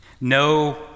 no